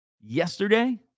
yesterday